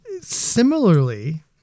Similarly